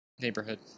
Neighborhood